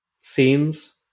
scenes